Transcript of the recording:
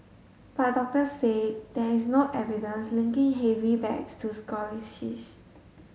but doctors say there is no evidence linking heavy bags to scoliosis